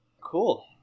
Cool